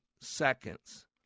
seconds